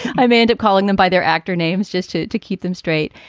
i may end up calling them by their actor names just to to keep them straight.